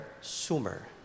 Sumer